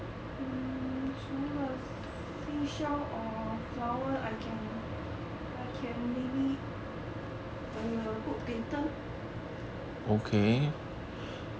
um 除了 seashell or flower I can I can maybe err put glitter